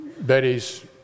Betty's